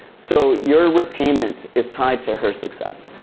so your repayment is tied to her success.